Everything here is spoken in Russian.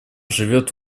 живет